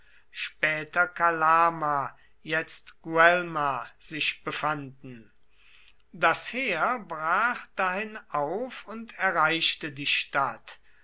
sich befanden das heer brach dahin auf und erreichte die stadt